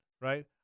right